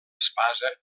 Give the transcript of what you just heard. espasa